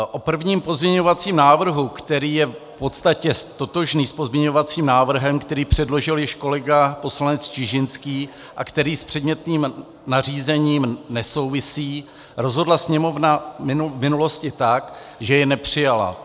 O prvním pozměňovacím návrhu, který je v podstatě totožný s pozměňovacím návrhem, který předložil již kolega poslanec Čižinský a který s předmětným nařízením nesouvisí, rozhodla Sněmovna v minulosti tak, že jej nepřijala.